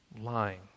lying